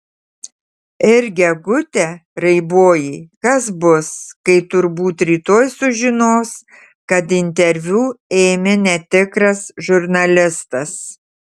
ir gegute raiboji kas bus kai turbūt rytoj sužinos kad interviu ėmė netikras žurnalistas